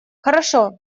хорошо